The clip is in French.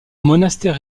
monastère